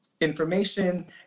information